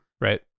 right